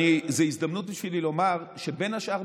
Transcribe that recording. זה הזדמנות בשבילי לומר שבין השאר,